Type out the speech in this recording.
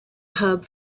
hub